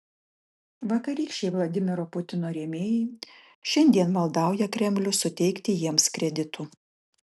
vakarykščiai vladimiro putino rėmėjai šiandien maldauja kremlių suteikti jiems kreditų